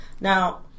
now